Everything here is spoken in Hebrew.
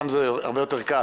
סתם זה הרבה יותר קל,